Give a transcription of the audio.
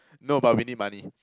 no but we need money